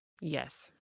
Yes